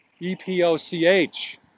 E-P-O-C-H